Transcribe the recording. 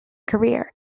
career